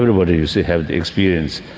ah but you see, has the experience.